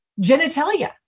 genitalia